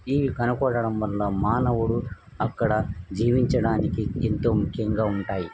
ఇవి కనుకోడడం వల్ల మానవుడు అక్కడ జీవించడానికి ఎంతో ముఖ్యంగా ఉంటాయి